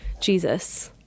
jesus